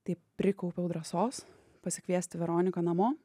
tai prikaupiau drąsos pasikviesti veroniką namo